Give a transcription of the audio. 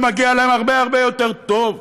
ומגיע להם הרבה הרבה יותר טוב,